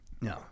No